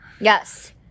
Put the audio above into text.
Yes